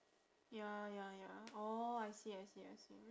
ya ya ya orh I see I see I see